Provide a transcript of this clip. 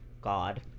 God